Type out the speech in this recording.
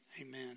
Amen